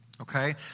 Okay